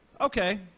Okay